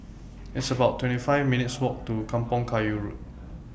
It's about twenty five minutes' Walk to Kampong Kayu Road